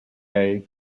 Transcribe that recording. hazel